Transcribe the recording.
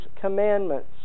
commandments